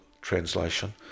translation